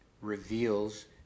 reveals